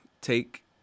take